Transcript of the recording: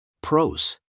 pros